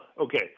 okay